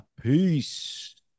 Peace